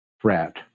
threat